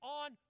on